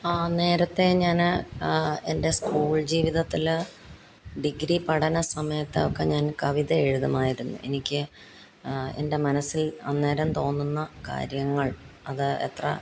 നേരത്തെ ഞാന് എൻ്റെ സ്കൂൾ ജീവിതത്തില് ഡിഗ്രി പഠന സമയത്തൊക്കെ ഞാൻ കവിത എഴുതുമായിരുന്നു എനിക്ക് എൻ്റെ മനസ്സിൽ അന്നേരം തോന്നുന്ന കാര്യങ്ങൾ അത് എത്ര